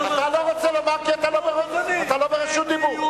אתה לא רוצה לומר כי אתה לא ברשות דיבור.